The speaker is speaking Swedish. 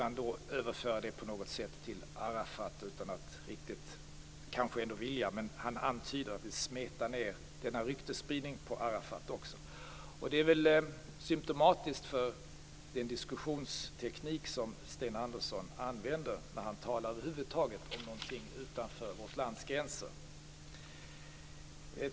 Han vill på något sätt överföra det till Arafat utan att kanske riktigt vilja säga det, men han antyder och vill smeta ned denna ryktesspridning också på Arafat. Det är väl symtomatiskt för den diskussionsteknik som Sten Andersson använder när han över huvud taget talar om någonting utanför vårt lands gränser.